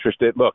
Look